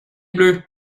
bleus